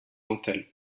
dentelles